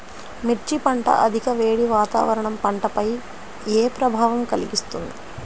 మిర్చి పంట అధిక వేడి వాతావరణం పంటపై ఏ ప్రభావం కలిగిస్తుంది?